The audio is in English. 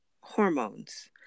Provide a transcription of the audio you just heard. hormones